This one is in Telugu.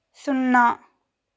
సున్నా